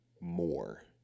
more